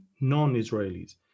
non-Israelis